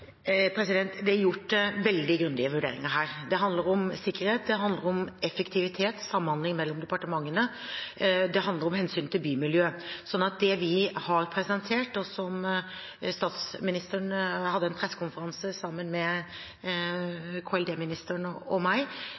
Det er gjort veldig grundige vurderinger her. Det handler om sikkerhet, det handler om effektivitet og samhandling mellom departementene, og det handler om hensynet til bymiljø. Statsministeren hadde en pressekonferanse sammen med kommunal- og